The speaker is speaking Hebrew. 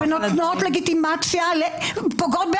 כל פעם שהוועדה נפתחת בהצהרות פתיחה,